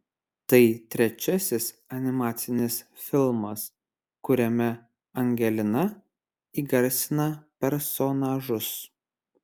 tai trečiasis animacinis filmas kuriame angelina įgarsina personažus